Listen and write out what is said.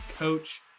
Coach